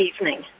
evening